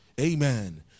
Amen